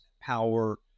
power